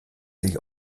sich